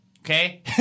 Okay